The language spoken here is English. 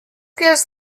gives